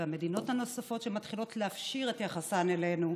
והמדינות הנוספות שמתחילות להפשיר את יחסן אלינו,